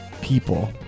people